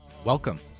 Welcome